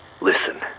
Listen